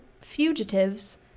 fugitives